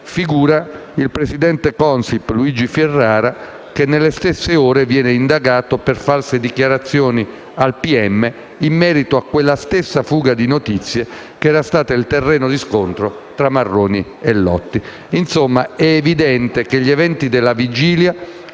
il presidente di Consip Luigi Ferrara, che nelle stesse ore è stato indagato per false dichiarazioni al pubblico ministero in merito a quella stessa fuga di notizie che era stata il terreno di scontro tra Marroni e Lotti.